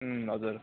हजुर